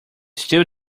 still